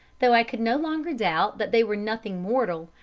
though i could no longer doubt they were nothing mortal,